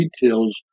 details